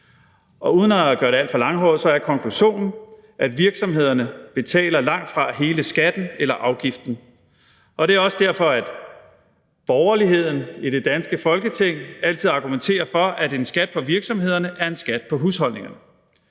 Og uden at gøre det alt for langhåret er konklusionen, at virksomhederne langtfra betaler hele skatten eller afgiften. Det er også derfor, at borgerligheden i det danske Folketing altid argumenterer for, at en skat på virksomhederne er en skat på husholdningerne.